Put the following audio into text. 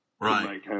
Right